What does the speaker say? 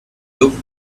looked